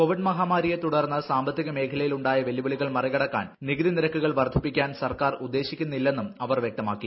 Covid മഹാമാരിയെ തുടർന്ന് സാമ്പത്തിക മേഖലയിൽ ഉണ്ടായ വെല്ലുവിളികൾ മറികടക്കാൻ നികുതി നിരക്കുകൾ വർദ്ധിപ്പിക്കാൻ സർക്കാർ ഉദ്ദേശിക്കുന്നില്ലെന്നും അവർ വ്യക്തമാക്കി